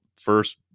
first